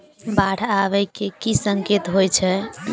बाढ़ आबै केँ की संकेत होइ छै?